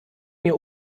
mir